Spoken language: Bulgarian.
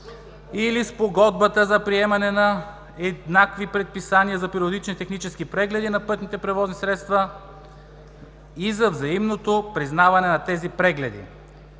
или Спогодбата за приемане на еднакви предписания за периодични технически прегледи на пътните превозни средства и за взаимното признаване на тези прегледи